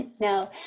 No